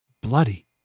Bloody